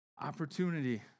Opportunity